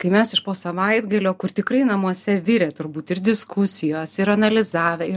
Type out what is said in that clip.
kai mes iš po savaitgalio kur tikrai namuose virė turbūt ir diskusijos ir analizavę ir